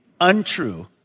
untrue